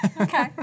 Okay